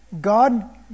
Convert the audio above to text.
God